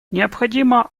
необходимо